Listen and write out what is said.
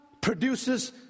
produces